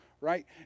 right